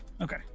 Okay